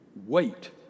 wait